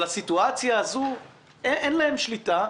על הסיטואציה הזו אין להם שליטה.